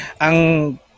Ang